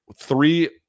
three